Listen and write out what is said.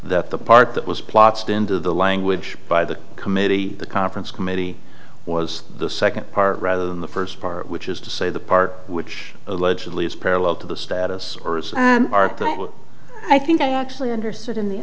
that the part that was plotzed into the language by the committee the conference committee was the second part rather than the first part which is to say the part which allegedly is parallel to the status or are i think i actually understood in the